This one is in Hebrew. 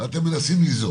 אתם מנסים ליזום.